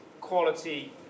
quality